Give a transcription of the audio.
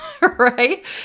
right